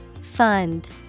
Fund